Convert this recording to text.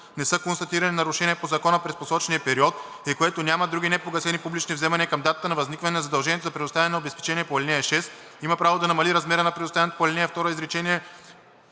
не са констатирани нарушения по закона през посочения период и което няма други непогасени публични вземания към датата на възникване на задължението за предоставяне на обезпечение по ал. 6, има право да намали размера на предоставяното по ал. 2, изречение